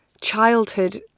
childhood